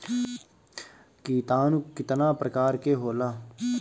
किटानु केतना प्रकार के होला?